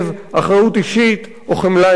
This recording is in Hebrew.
אחריות אישית או חמלה אנושית.